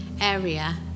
area